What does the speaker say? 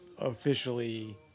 officially